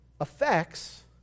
affects